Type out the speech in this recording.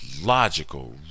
logical